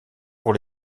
pour